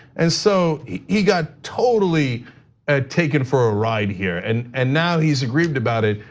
and so he he got totally ah taken for a ride here, and and now he's aggrieved about it,